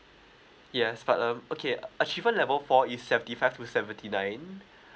yes but um okay achievement level four is seventy five to seventy nine